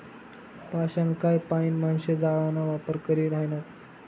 पाषाणकाय पाईन माणशे जाळाना वापर करी ह्रायनात